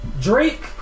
Drake